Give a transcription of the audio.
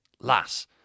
lass